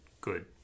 good